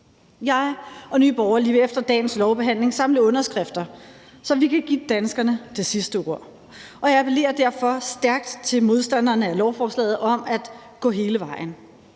Jeg og Nye Borgerlige vil efter dagens lovbehandling samle underskrifter, så vi kan give danskerne det sidste ord. Jeg appellerer derfor stærkt til modstanderne af lovforslaget om at gå hele vejen.